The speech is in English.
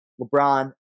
LeBron